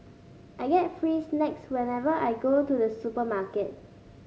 I get free snacks whenever I go to the supermarket